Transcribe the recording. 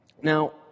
Now